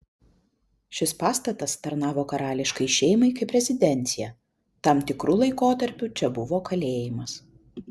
šis pastatas tarnavo karališkai šeimai kaip rezidencija tam tikru laikotarpiu čia buvo kalėjimas